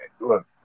look